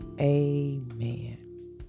Amen